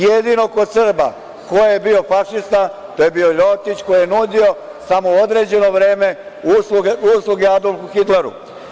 Jedino kod Srba ko je bio fašista, to je bio LJotić, koji je nudio samo u određeno vreme usluge Adolfu Hitleru.